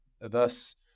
thus